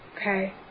okay